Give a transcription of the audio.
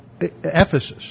Ephesus